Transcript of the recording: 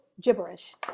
gibberish